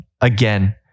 again